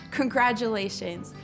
congratulations